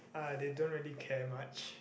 uh they don't really care much